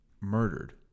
murdered